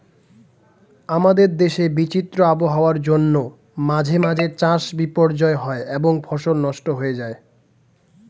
আমাদের দেশে বিচিত্র আবহাওয়ার জন্য মাঝে মাঝে চাষ বিপর্যস্ত হয় এবং ফসল নষ্ট হয়ে যায়